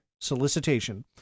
Solicitation